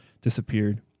disappeared